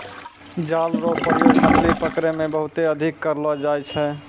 जाल रो प्रयोग मछली पकड़ै मे बहुते अधिक करलो जाय छै